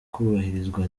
kubahirizwa